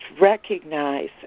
recognize